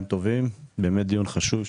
באמת דיון חשוב.